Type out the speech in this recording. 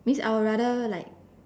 means I will rather like